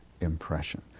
impression